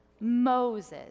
Moses